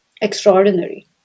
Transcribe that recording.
extraordinary